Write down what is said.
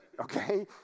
Okay